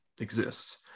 exists